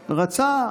רצה,